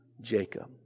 Jacob